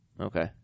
Okay